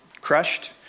crushed